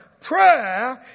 prayer